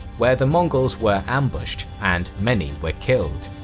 where the mongols were ambushed, and many were killed.